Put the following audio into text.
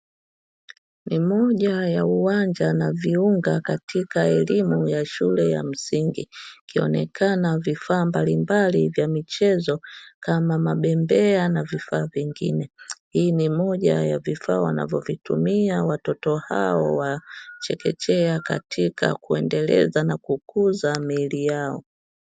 Mmoja ya uwanja na viunga katika elimu ya shule ya msingi. Kionekana vifaa mbalimbali vya michezo kama mabembea na vifaa vingine. Hii ni moja ya vifaa wanavyovitumia watoto hao wa chekechea katika kuendeleza na kukuza miili yao.